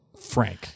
Frank